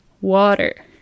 water